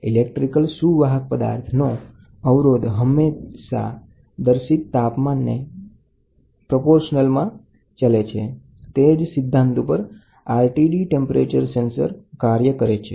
electric સુવાહક પદાર્થનો અવરોધ હંમેશા દર્શિત તાપમાનને સમપ્રમાણમાં ચલે છે તે જ સિદ્ધાંત ઉપર RTD ટેમ્પરેચર સેન્સર કાર્ય કરે છે